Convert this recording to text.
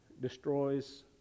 destroys